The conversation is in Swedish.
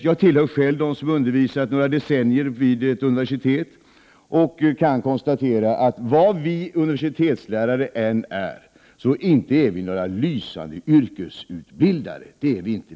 Jag har själv undervisat i några decennier vid ett universitet och kan konstatera, att vad vi universitetslärare än är så inte är vi några lysande yrkesutbildare.